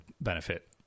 benefit